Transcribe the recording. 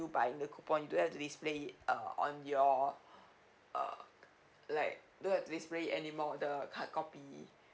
buying the coupon you don't have to display uh on your uh like you don't have to display it anymore the hard copy